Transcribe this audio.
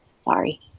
sorry